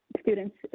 students